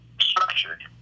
structured